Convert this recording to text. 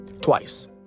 twice